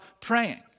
praying